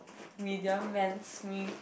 media mends me